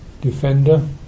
defender